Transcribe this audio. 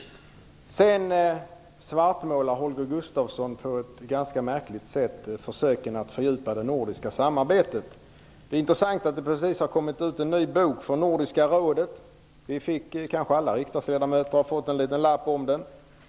Holger Gustafsson svartmålar på ett ganska märkligt sätt försöken att fördjupa det nordiska samarbetet. Det är intressant att det precis har kommit ut en ny bok från Nordiska rådet. Kanske har alla riksdagsledamöter fått en liten lapp om den.